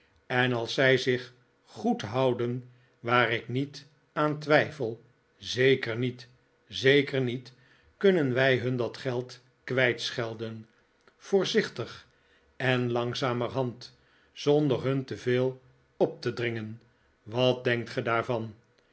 en als zij zich goed houden waar ik niet aan twijfel zeker niet zeker niet kunnen wij hun dat geld kwijtschelden voorzichtig en langzamerhand zonder hun te veel op te dringen wat denkt gij daarvan